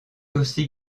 aussi